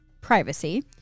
privacy